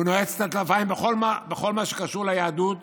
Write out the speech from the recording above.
והוא נועץ את הטלפיים בכל מה שקשור ליהדות,